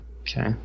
okay